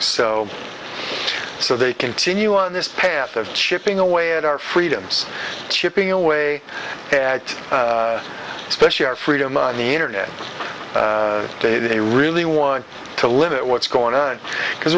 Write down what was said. so so they continue on this path of chipping away at our freedoms chipping away especially our freedom on the internet they they really want to limit what's going on because